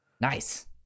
Nice